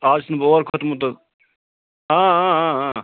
اَز چھُس نہٕ بہٕ اور کھوٚتمُت حظ